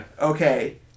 okay